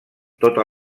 tota